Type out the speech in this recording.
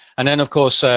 and then, of course,